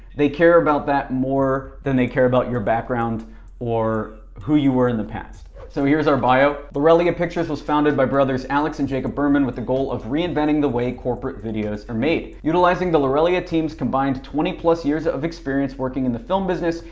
they care about that more than they care about your background or who you were in the past. so here's our bio. lorelia pictures was founded by brothers alex and jacob berman with the goal of reinventing the way corporate videos are made. utilizing the lorelia team's combined twenty plus years ah of experience working in the film business,